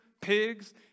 pigs